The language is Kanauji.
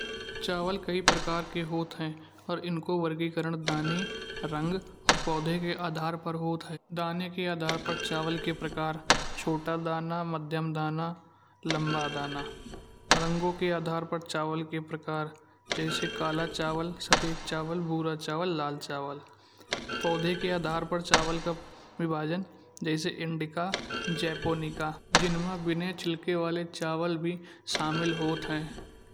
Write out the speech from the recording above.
चावल के प्रकार के होतें हैं और इनको वर्गीकरण दाने रंग और पौधे के आधार पर होता है। दाने के आधार पर चावल के प्रकार छोटा दाना मध्यम दाना लम्बा दाना रंगों के आधार पर चावल के प्रकार जैसे कला चावल सफेद चावल भूरा चावल लाल चावल। पौधे के आधार पर चावल का विभाजन जैसे इंडिका जपोनिका जिनमें बिना छिलके वाले चावल भी शामिल होते हैं।